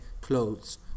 clothes